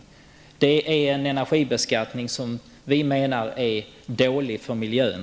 Vi menar att denna energibeskattning är dålig för miljön.